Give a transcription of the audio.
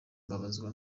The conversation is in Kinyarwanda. mbabazwa